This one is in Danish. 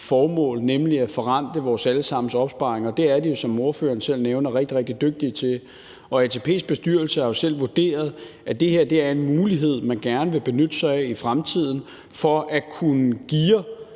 nemlig at forrente vores alle sammens opsparing, og det er de jo, som ordføreren selv nævner, rigtig, rigtig dygtige til. Og ATP's bestyrelse har jo selv vurderet, at det her er en mulighed, man gerne vil benytte sig af i fremtiden, for at kunne geare